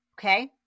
okay